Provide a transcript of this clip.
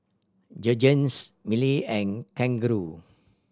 Jergens Mili and Kangaroo